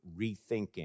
rethinking